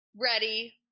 ready